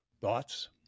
Thoughts